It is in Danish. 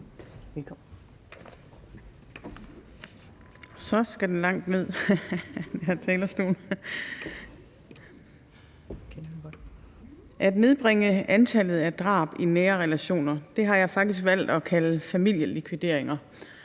Forespørgslen handler om at nedbringe antallet af drab i nære relationer, som jeg faktisk har valgt at kalde familielikvideringer.